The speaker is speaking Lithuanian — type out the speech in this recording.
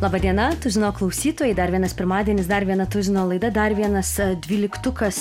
laba diena tuzino klausytojai dar vienas pirmadienis dar viena tuzino laida dar vienas dvyliktukas